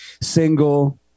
single